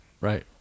right